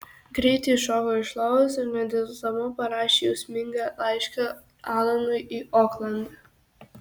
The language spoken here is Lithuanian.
greitai šoko iš lovos ir nedelsdama parašė jausmingą laišką alanui į oklandą